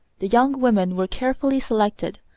the young women were carefully selected,